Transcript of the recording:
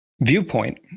viewpoint